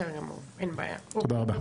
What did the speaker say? תודה רבה.